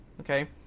Okay